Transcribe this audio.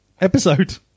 Episode